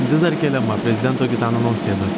vis dar keliama prezidento gitano nausėdos